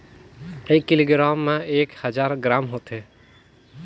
एक किलोग्राम म एक हजार ग्राम होथे